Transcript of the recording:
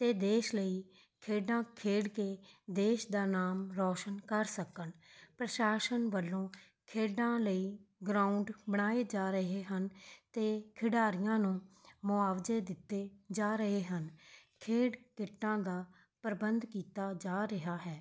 ਅਤੇ ਦੇਸ਼ ਲਈ ਖੇਡਾਂ ਖੇਡ ਕੇ ਦੇਸ਼ ਦਾ ਨਾਮ ਰੌਸ਼ਨ ਕਰ ਸਕਣ ਪ੍ਰਸ਼ਾਸਨ ਵੱਲੋਂ ਖੇਡਾਂ ਲਈ ਗਰਾਊਂਡ ਬਣਾਏ ਜਾ ਰਹੇ ਹਨ ਅਤੇ ਖਿਡਾਰੀਆਂ ਨੂੰ ਮੁਆਵਜ਼ੇ ਦਿੱਤੇ ਜਾ ਰਹੇ ਹਨ ਖੇਡ ਕਿੱਟਾਂ ਦਾ ਪ੍ਰਬੰਧ ਕੀਤਾ ਜਾ ਰਿਹਾ ਹੈ